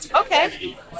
Okay